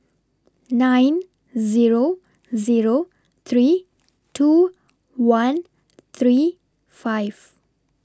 nine Zero Zero three two one three five